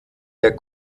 der